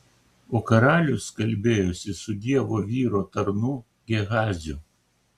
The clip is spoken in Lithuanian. o karalius kalbėjosi su dievo vyro tarnu gehaziu